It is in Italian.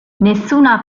nessuna